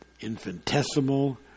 infinitesimal